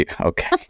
okay